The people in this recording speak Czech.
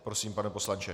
Prosím, pane poslanče.